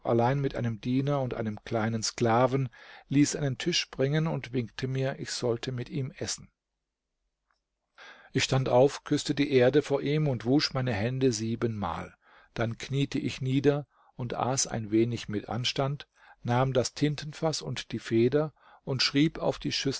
allein mit einem diener und einem kleinen sklaven ließ einen tisch bringen und winkte mir ich sollte mit ihm essen ich stand auf küßte die erde vor ihm und wusch meine hände siebenmal dann kniete ich nieder und aß ein wenig mit anstand nahm das tintenfaß und die feder und schrieb auf die